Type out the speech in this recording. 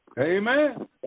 Amen